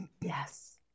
yes